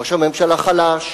ראש הממשלה חלש,